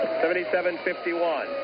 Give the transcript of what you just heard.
77-51